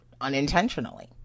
unintentionally